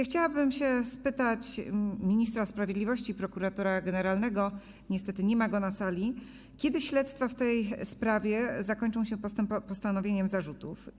Chciałabym spytać ministra sprawiedliwości - prokuratora generalnego, niestety nie ma go na sali: Kiedy śledztwa w tej sprawie zakończą się postawieniem zarzutów?